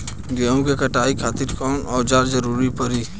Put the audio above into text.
गेहूं के कटाई खातिर कौन औजार के जरूरत परी?